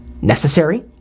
necessary